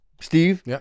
Steve